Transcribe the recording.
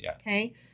Okay